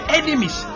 enemies